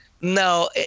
no